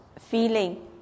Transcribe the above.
feeling